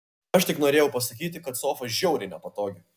aš tik norėjau pasakyti kad sofa žiauriai nepatogi